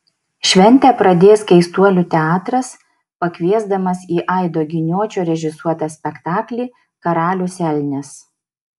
šventę pradės keistuolių teatras pakviesdamas į aido giniočio režisuotą spektaklį karalius elnias